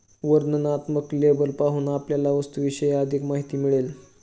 वर्णनात्मक लेबल पाहून आपल्याला वस्तूविषयी अधिक माहिती मिळेल